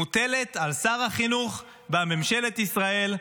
מוטלת על שר החינוך בממשלת ישראל.